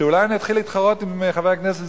שאולי אני אתחיל להתחרות עם חבר הכנסת